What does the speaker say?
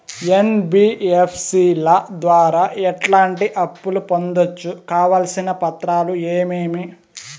NBFC ల ద్వారా ఎట్లాంటి అప్పులు పొందొచ్చు? కావాల్సిన పత్రాలు ఏమేమి?